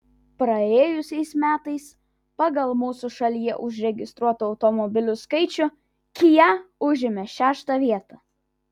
praėjusiais metais pagal mūsų šalyje užregistruotų automobilių skaičių kia užėmė šeštą vietą